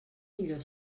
millor